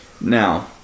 Now